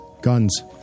Guns